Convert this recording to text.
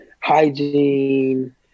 hygiene